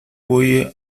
voy